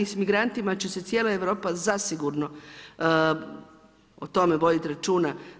S migrantima će se cijela Europa zasigurno o tome voditi računa.